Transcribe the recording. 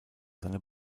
seine